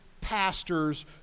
pastors